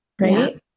Right